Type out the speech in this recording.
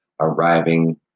arriving